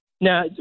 Now